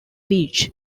beach